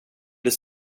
blir